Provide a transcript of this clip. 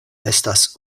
estas